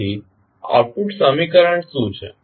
તેથી આઉટપુટ સમીકરણ શું છે